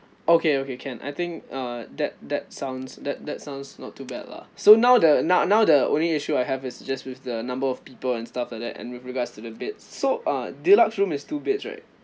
okay okay can I think uh that that sounds that that sounds not too bad lah so now the now now the only issue I have is just with the number of people and stuff like that and with regards to the beds so uh deluxe room is two beds right